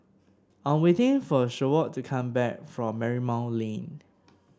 I'm waiting for Seward to come back from Marymount Lane